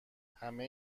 همه